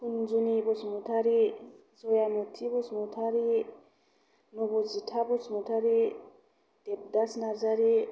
Khunjuni Basumatary Jayamuthi Basumatary Nabajitha Basumatary Debdas Narzary